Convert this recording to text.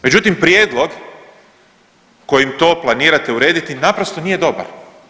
Međutim, prijedlog kojim to planirate urediti naprosto nije dobar.